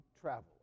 travel